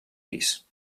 pis